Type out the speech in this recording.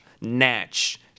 natch